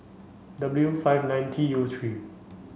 W five nine T U three